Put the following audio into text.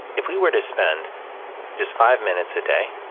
if we were to spend just five minutes a day,